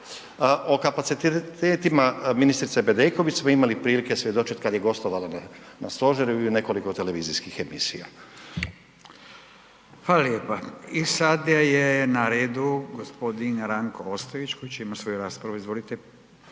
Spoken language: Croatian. O kapacitetima ministrice Bedeković smo imali prilike svjedočiti kada je gostovala na stožeru i u nekoliko televizijskih emisija. **Radin, Furio (Nezavisni)** Hvala lijepa. I sada je na redu gospodin Ranko Ostojić koji će imati svoju raspravu. Izvolite.